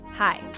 Hi